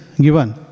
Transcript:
given